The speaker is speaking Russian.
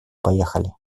поехали